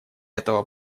этого